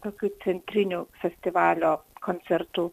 tokiu centriniu festivalio koncertu